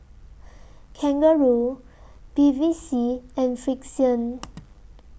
Kangaroo Bevy C and Frixion